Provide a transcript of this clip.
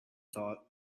thought